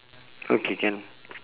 okay can